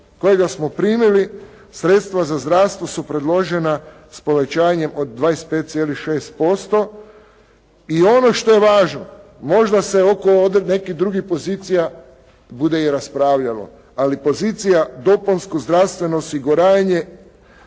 kojega smo primili sredstva za zdravstvo su predložena s povećanjem od 25,6%. I ono što je važno, možda se oko nekih drugih pozicija bude i raspravljalo, ali pozicija dopunsko zdravstveno osiguranje